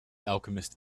alchemist